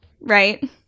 right